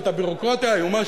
את הביורוקרטיה האיומה,